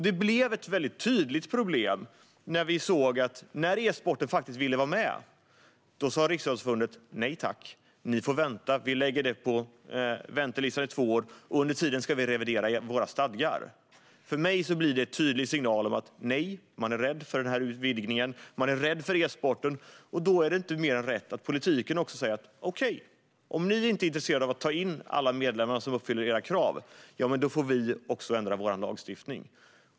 Det blev ett väldigt tydligt problem när e-sporten ville vara med och Riksidrottsförbundet sa: Nej tack, ni får vänta. Vi sätter er på väntelistan i två år, och under tiden ska vi revidera våra stadgar. För mig är detta en tydlig signal om att man är rädd för denna utvidgning och för e-sporten. Då är det inte mer än rätt att politiken säger: Okej, om ni inte är intresserade av att ta in alla medlemmar som uppfyller era krav får vi ändra vår lagstiftning.